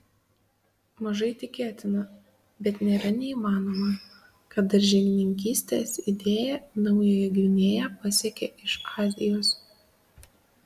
mažai tikėtina bet nėra neįmanoma kad daržininkystės idėja naująją gvinėją pasiekė iš azijos